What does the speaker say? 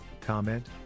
comment